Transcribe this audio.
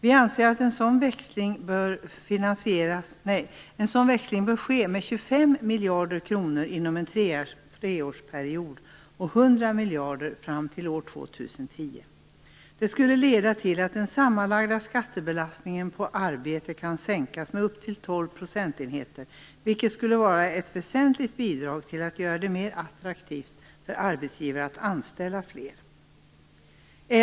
Vi anser att en sådan växling bör ske med 25 miljarder kronor inom en treårsperiod och 100 miljarder fram till år 2010. Det skulle leda till att den sammanlagda skattebelastningen på arbete kan sänkas med upp till 12 procentenheter, vilket skulle vara ett väsentligt bidrag till att göra det mer attraktivt för arbetsgivare att anställa fler människor.